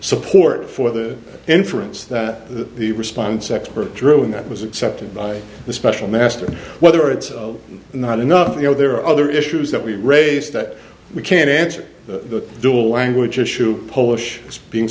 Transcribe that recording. support for the inference that the response experts drew and that was accepted by the special master whether it's not enough you know there are other issues that we raised that we can't answer the dual language issue polish is being